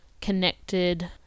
connected